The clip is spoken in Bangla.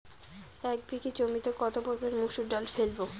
এক বিঘে জমিতে কত পরিমান মুসুর ডাল ফেলবো?